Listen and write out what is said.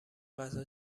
غذا